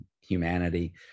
humanity